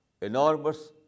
enormous